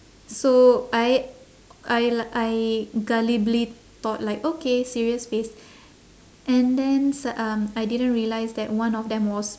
so I I I gullibly thought like okay serious face and then s~ um I didn't realise that one of them was